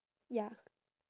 ya